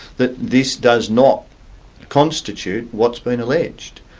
that this does not constitute what's been alleged.